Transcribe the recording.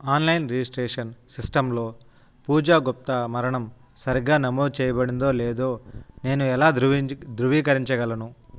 online registration సిస్టంలో పూజా గుప్తా మరణం సరిగ్గా నమోదు చెయ్యబడిందో లేదో నేను ఎలా ధృవీంచ్ ధృవీకరించగలను